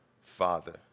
father